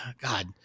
God